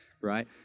right